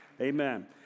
Amen